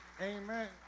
Amen